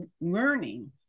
learning